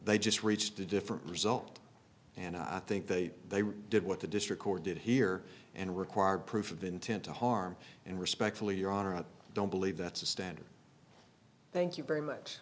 they just reached a different result and i think they they did what the district court did here and required proof of intent to harm and respectfully your honor i don't believe that's a standard thank you very much